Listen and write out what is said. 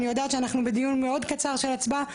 אני יודעת שאנחנו בדיון מאוד קצר של הצבעה,